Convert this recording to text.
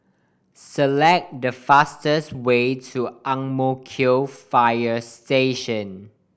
select the fastest way to Ang Mo Kio Fire Station